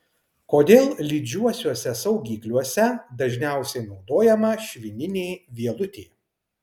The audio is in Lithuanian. kodėl lydžiuosiuose saugikliuose dažniausiai naudojama švininė vielutė